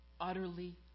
Utterly